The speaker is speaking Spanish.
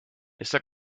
esta